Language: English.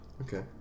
okay